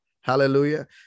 Hallelujah